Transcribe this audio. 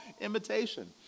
imitation